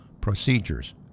procedures